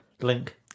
link